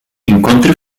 encontre